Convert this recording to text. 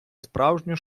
справжню